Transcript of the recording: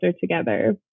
together